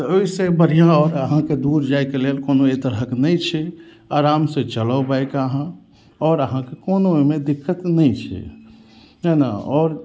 तऽ ओहिसे बढ़िऑं आओर अहाँके दूर जायके लेल कोनो एतरहक नहि छै आराम से चलऽ बाइक अहाँ आओर अहाँके कोनो ओहिमे दिक्कत नहि छै ने आओर